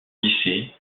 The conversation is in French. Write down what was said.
lycée